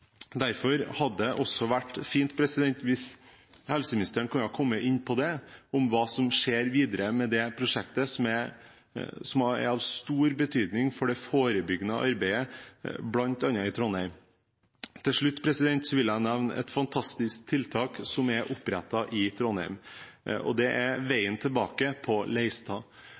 Derfor hadde det også vært fint hvis helseministeren kunne ha kommet inn på hva som skjer videre med dette prosjektet, som er av stor betydning for det forebyggende arbeidet, bl.a. i Trondheim. Til slutt vil jeg nevne et fantastisk tiltak som er opprettet i Trondheim. Det er Veien tilbake på Leistad.